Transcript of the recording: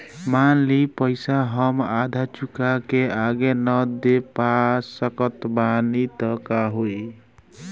मान ली पईसा हम आधा चुका के आगे न दे पा सकत बानी त का होई?